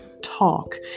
talk